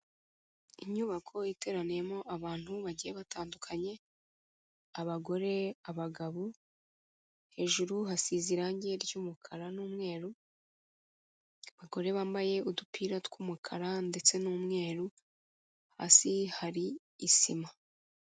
Inyubako iteraniyemo abantu bagiye batandukanye, abagore, abagabo, hejuru hasize irange ry'umukara n'umweru, abagore bambaye udupira tw'umukara ndetse n'umweru, hasi hari isima.